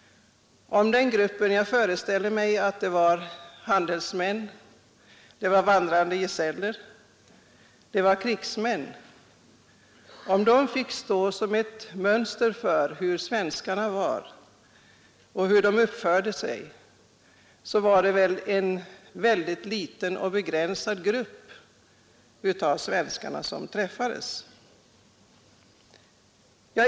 Om den gruppen — jag föreställer mig att det var handelsmän, vandrande gesäller och krigsmän — fick stå som ett mönster för hur svenskarna var och hur de uppförde sig så utgjorde de väl en mycket liten begränsad grupp av svenska folket.